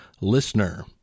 listener